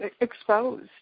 exposed